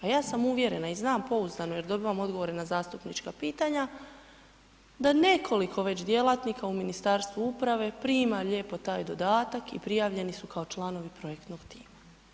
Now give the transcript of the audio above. A ja sam uvjerena i znam pouzdano, jer dobivam odgovore na zastupnička pitanja da nekoliko već djelatnika u Ministarstvu uprave prima lijepo taj dodatak i prijavljeni su kao članovi projektnog tima.